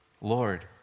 Lord